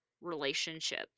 relationship